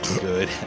good